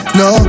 no